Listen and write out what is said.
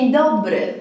dobry